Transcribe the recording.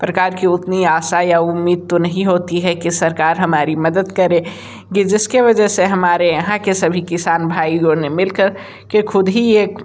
प्रकार की उतनी आशा या उम्मीद तो नहीं होती है कि सरकार हमारी मदद करे कि जिसकी वजह से हमारे यहाँ के सभी किसान भाइयों ने मिल कर के ख़ुद ही एक